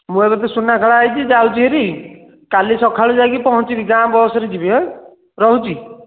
ମୁ ଏବେ ତ ସୁନାଖେଳା ହୋଇଛି ଯାଉଛି ହେରି କାଲି ସଖାଳୁ ଯାଇକି ପହଞ୍ଚିବି ଗାଁ ବସ ରେ ଯିବି ହାଁ ରହୁଛି